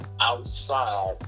Outside